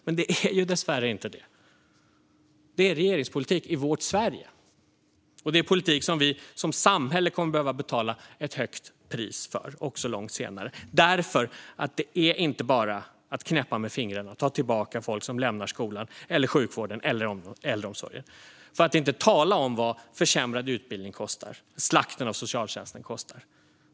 Men det är dessvärre inte det. Det är regeringspolitik i vårt Sverige, och det är politik som vi som samhälle kommer att behöva betala ett högt pris för också långt senare. Det är nämligen inte bara att knäppa med fingrarna och ta tillbaka folk som lämnar skolan, sjukvården eller äldreomsorgen. Och vi ska inte tala om vad försämrad utbildning och slakten av socialtjänsten kostar.